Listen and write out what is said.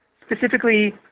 Specifically